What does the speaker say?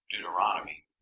Deuteronomy